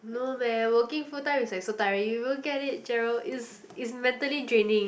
no leh working full time is like so tiring you don't get it Gerald it's it's mentally draining